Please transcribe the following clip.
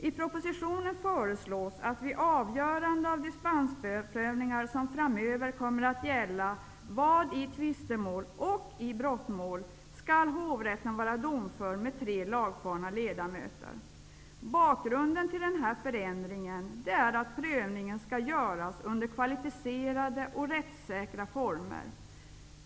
I propositionen föreslås att vid avgörande av dispensprövningar, som framöver kommer att gälla vad i tvistemål och i brottmål, skall hovrätten vara domför med tre lagfarna ledamöter. Bakgrunden till den förändringen är att prövningen skall göras under kvalificerade och rättssäkra former.